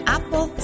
Apple